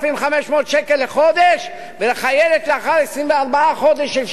3,500 שקל לחודש, ולחיילת, לאחר 24 חודשי שירות,